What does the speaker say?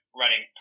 running